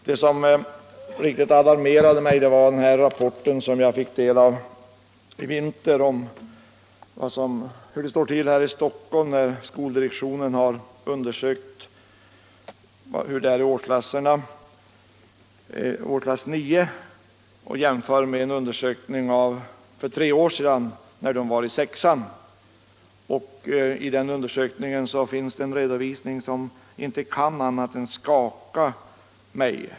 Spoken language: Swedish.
Det som riktigt alarmerade mig var en rapport som jag fått del av i vinter och som redovisar en undersökning som skoldirektionen — i Stockholm — har gjort angående alkoholvanorna hos eleverna i årskurs 9. Denna undersökning jämförs med en utredning som gjordes för tre år sedan då dessa elever gick i årskurs 6. I denna rapport finns en redovisning som inte kan annat än skaka mig.